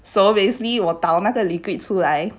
so basically 我倒那个 liquid 出来